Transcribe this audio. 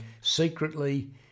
secretly